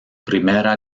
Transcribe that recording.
primera